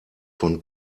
von